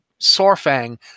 Sorfang